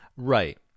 Right